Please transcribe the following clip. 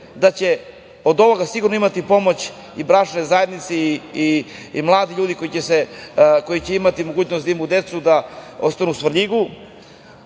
da će od ovoga sigurno imati pomoć i bračne zajednice i mladi ljudi koji će imati mogućnost da imaju decu da ostanu u Svrljigu.